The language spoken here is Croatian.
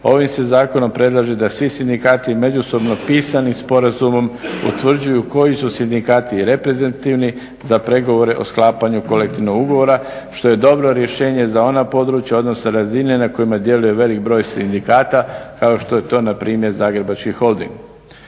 ovim se zakonom predlaže da svi sindikati međusobno pisanim sporazumom utvrđuju koji su sindikati reprezentativni za pregovore o sklapanju kolektivnog ugovora što je dobro rješenje za ona područja odnosno razine na kojima djeluje velik broj sindikata kao što je to npr. Zagrebački holding.